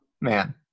Man